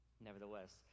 Nevertheless